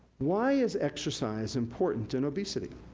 why is exercise important in obesity.